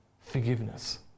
forgiveness